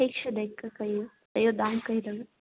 ठीक सँ देखके कहियौ तैयो दाम कहि देबै